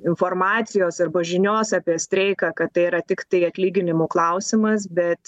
informacijos arba žinios apie streiką kad tai yra tiktai atlyginimų klausimas bet